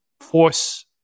force